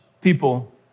people